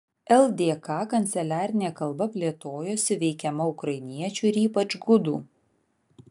ldk kanceliarinė kalba plėtojosi veikiama ukrainiečių ir ypač gudų